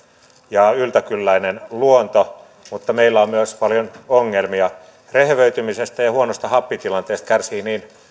ja yltäkylläinen luonto mutta meillä on myös paljon ongelmia rehevöitymisestä ja huonosta happitilanteesta kärsii niin